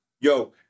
Yo